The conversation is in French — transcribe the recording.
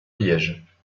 liège